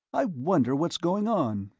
i wonder what's going on?